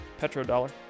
petrodollar